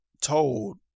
told